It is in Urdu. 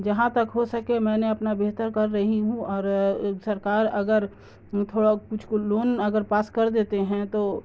جہاں تک ہو سکے میں نے اپنا بہتر کر رہی ہوں اور سرکار اگر تھوڑا کچھ کو لون اگر پاس کر دیتے ہیں تو